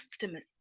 customers